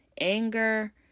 anger